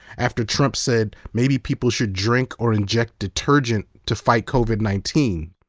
after trump said maybe people should drink or inject detergent to fight covid nineteen.